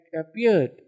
appeared